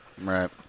Right